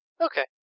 Okay